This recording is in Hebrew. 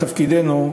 תפקידנו,